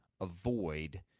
avoid